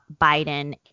Biden